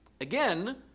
Again